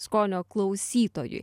skonio klausytojui